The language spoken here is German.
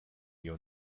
wir